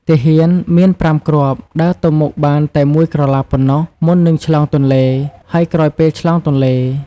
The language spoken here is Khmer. ទាហាន មានប្រាំគ្រាប់ ដើរទៅមុខបានតែមួយក្រឡាប៉ុណ្ណោះ មុននឹងឆ្លងទន្លេ ហើយក្រោយពេលឆ្លងទន្លេ។